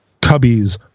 cubbies